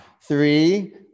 Three